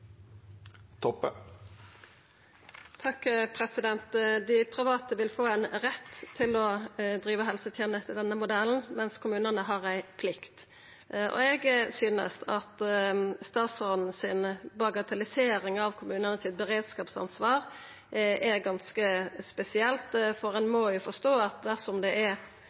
Dei private vil få ein rett til å driva helseteneste med denne modellen, mens kommunane har ei plikt. Eg synest at bagatelliseringa statsråden gjer av beredskapsansvaret til kommunane, er ganske spesielt, for ein må jo forstå at dersom det